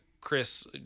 Chris